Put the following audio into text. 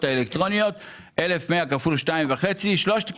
האלקטרוניות 1,100 כפול 2.5. 3,000 שקלים מס.